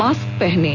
mask पहनें